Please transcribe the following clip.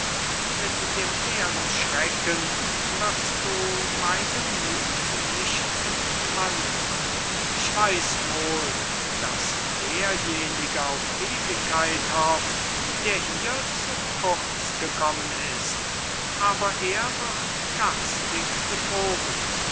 mit dem leeren schrecken wirst du meinen muth nicht entmannen ich weiß wohl daß derjenige auf ewigkeit hofft der hier zu kurz gekommen ist aber er wird garstig betrogen